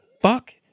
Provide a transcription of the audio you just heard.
fuck